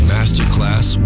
Masterclass